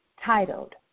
Titled